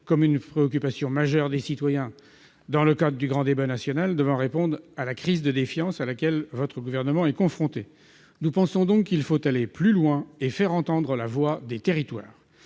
comme une préoccupation majeure des citoyens dans le cadre du grand débat national destiné à répondre à la crise de défiance à laquelle votre gouvernement est confronté, madame la ministre. Nous pensons donc qu'il faut aller plus loin et faire entendre la voix des territoires.